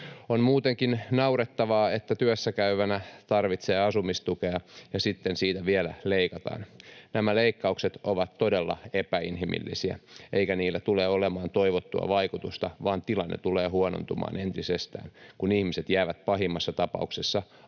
On muutenkin naurettavaa, että työssäkäyvänä tarvitsee asumistukea ja sitten siitä vielä leikataan. Nämä leikkaukset ovat todella epäinhimillisiä, eikä niillä tule olemaan toivottua vaikutusta, vaan tilanne tulee huonontumaan entisestään, kun ihmiset jäävät pahimmassa tapauksessa